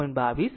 04 હશે